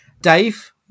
Dave